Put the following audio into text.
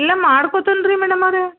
ಇಲ್ಲ ಮಾಡ್ಕೊಳ್ತೀನಿ ರೀ ಮೇಡಮರೇ